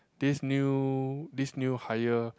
this new this new hire